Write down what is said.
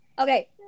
Okay